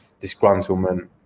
disgruntlement